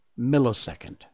millisecond